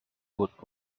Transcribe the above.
would